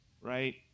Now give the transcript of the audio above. right